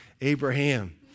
Abraham